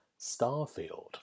Starfield